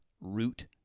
root